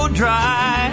dry